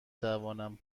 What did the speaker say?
توانم